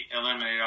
eliminate